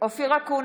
אופיר אקוניס,